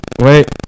Wait